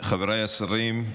חבריי השרים,